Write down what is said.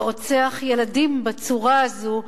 ורוצח ילדים בצורה הזו,